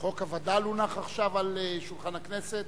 חוק הווד"ל הונח עכשיו על שולחן הכנסת.